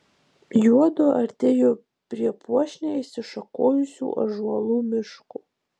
juodu artėjo prie puošniai išsišakojusių ąžuolų miško